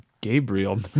Gabriel